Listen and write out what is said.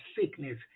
sickness